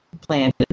planted